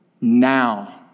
Now